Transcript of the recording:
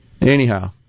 anyhow